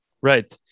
Right